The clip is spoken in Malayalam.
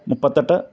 മുപ്പത്തെട്ട്